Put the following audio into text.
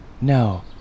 No